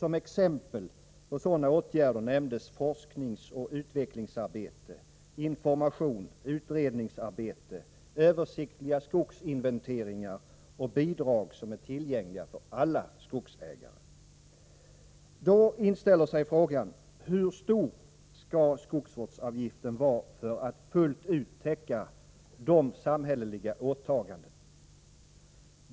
Som exempel på sådana åtgärder nämndes forskningsoch utvecklingsarbete, information, utredningsarbete, översiktliga skogsinventeringar samt bidrag som är tillgängliga för alla skogsägare. Då inställer sig frågan: Hur stor skall skogsvårdsavgiften vara för att fullt ut täcka dessa samhälleliga åtaganden?